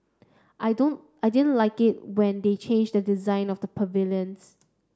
I don't I didn't like it when they changed the design of the pavilions